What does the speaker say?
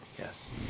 yes